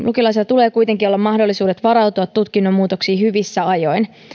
lukiolaisilla tulee kuitenkin olla mahdollisuudet varautua tutkinnon muutoksiin hyvissä ajoin